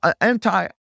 anti